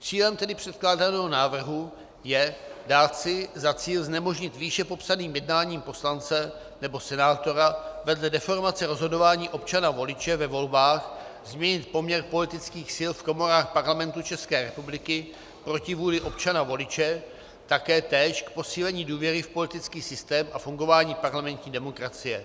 Cílem předkládaného návrhu je dát si za cíl znemožnit výše popsaným jednáním poslance nebo senátora vedle deformace rozhodování občanavoliče ve volbách změnit poměr politických sil v komorách Parlamentu České republiky proti vůli občanavoliče, také též k posílení důvěry v politický systém a fungování parlamentní demokracie.